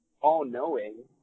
all-knowing